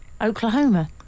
Oklahoma